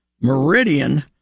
Meridian